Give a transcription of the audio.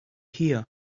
here